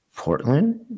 Portland